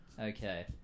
Okay